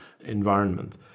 environment